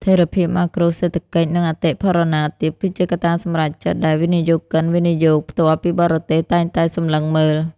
ថិរភាពម៉ាក្រូសេដ្ឋកិច្ច និងអតិផរណាទាប គឺជាកត្តាសម្រេចចិត្តដែលវិនិយោគិន វិនិយោគផ្ទាល់ពីបរទេស តែងតែសម្លឹងមើល។